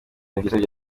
amakipe